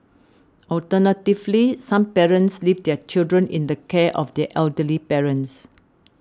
alternatively some parents leave their children in the care of their elderly parents